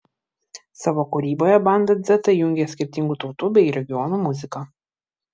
savo kūryboje banda dzeta jungia skirtingų tautų bei regionų muziką